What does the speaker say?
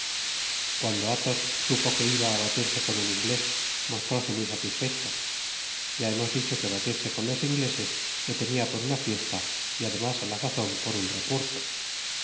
cuando athos supo que ibaá batirse con un inglés mostróse muy satisfecho ya hemos dicho que batirse con ingleses lo tenia por una fiesta y además á la sazon por un recurso